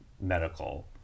medical